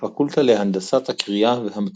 הפקולטה להנדסת הכרייה והמתכות